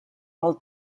del